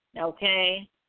okay